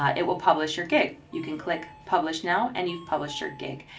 ah it will publish your gig, you can click publish now and you've published your gig.